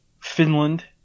Finland